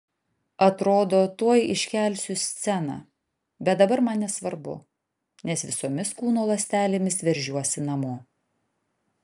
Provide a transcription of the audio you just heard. atrodo tuoj iškelsiu sceną bet dabar man nesvarbu nes visomis kūno ląstelėmis veržiuosi namo